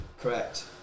Correct